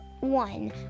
one